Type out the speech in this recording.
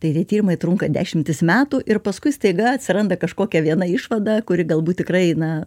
tai tie tyrimai trunka dešimtis metų ir paskui staiga atsiranda kažkokia viena išvada kuri galbūt tikrai na